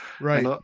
Right